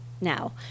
now